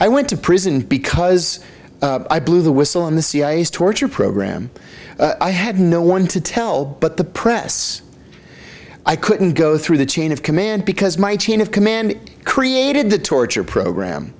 i went to prison because i blew the whistle on the cia's torture program i had no one to tell but the press i couldn't go through the chain of command because my chain of command created the torture program